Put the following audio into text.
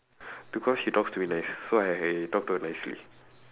because she talks to me nice so I I talk to her nicely